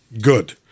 Good